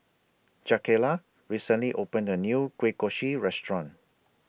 Jakayla recently opened A New Kueh Kosui Restaurant